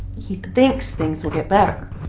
he thinks things will get better.